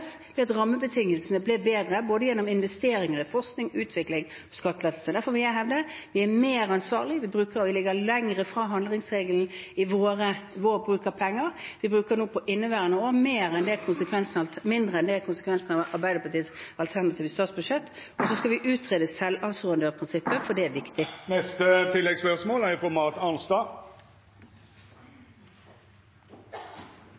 ved at rammebetingelsene ble bedre, både gjennom investeringer i forskning og utvikling og gjennom skattelettelser. Derfor vil jeg hevde at vi er mer ansvarlige. Vi ligger lenger fra handlingsregelen i vår bruk av penger. Vi bruker for inneværende år mindre enn konsekvensene av Arbeiderpartiets alternative statsbudsjett, og vi skal nå utrede selvassurandørprinsippet, for det er viktig. Marit Arnstad – til oppfølgingsspørsmål. Jeg synes faktisk det er